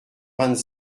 vingt